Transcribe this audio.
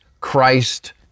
Christ